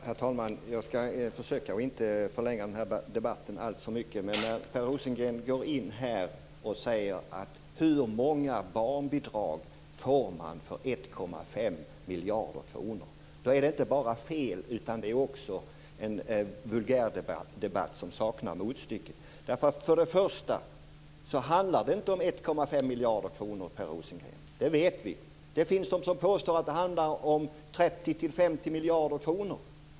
Herr talman! Jag skall försöka att inte förlänga debatten alltför mycket. Per Rosengren frågar hur många barnbidrag man får för 1,5 miljarder kronor. Det är inte bara fel, utan det är också en vulgärdebatt som saknar motstycke. För det första handlar det inte om 1,5 miljarder kronor, Per Rosengren. Det vet vi. Det finns de som påstår att det handlar om 30-50 miljarder kronor.